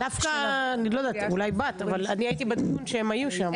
ואנחנו עושים הרבה.